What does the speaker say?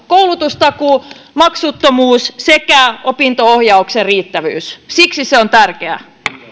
koulutustakuu maksuttomuus sekä opinto ohjauksen riittävyys siksi se on